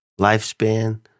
Lifespan